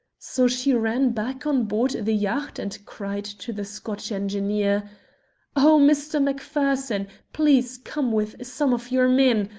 so she ran back on board the yacht and cried to the scotch engineer oh, mr. macpherson! please come with some of your men!